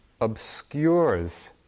obscures